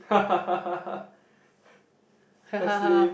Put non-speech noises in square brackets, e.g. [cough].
[noise] [laughs]